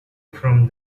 from